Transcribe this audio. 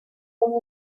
con